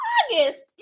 August